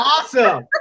Awesome